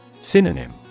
Synonym